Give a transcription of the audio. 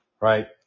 right